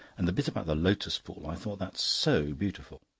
and the bit about the lotus pool i thought that so beautiful.